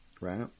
Right